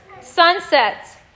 sunsets